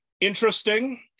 Interesting